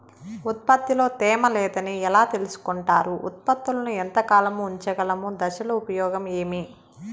ఉత్పత్తి లో తేమ లేదని ఎలా తెలుసుకొంటారు ఉత్పత్తులను ఎంత కాలము ఉంచగలము దశలు ఉపయోగం ఏమి?